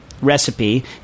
Recipe